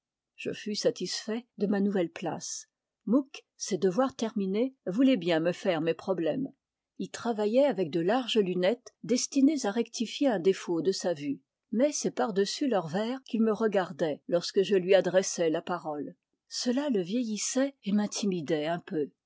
je fus satisfait de ma nouvelle place mouque ses devoirs terminés voulait bien me faire mes problèmes il travaillait avec de larges lunettes destinées à rectifier un défaut de sa vue mais c'est par dessus leurs verres qu'il me regardait lorsque je lui adressais la parole cela le vieillissait et m'intimidait un peu